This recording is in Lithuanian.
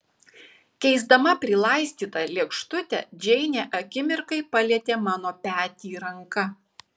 keisdama prilaistytą lėkštutę džeinė akimirkai palietė mano petį ranka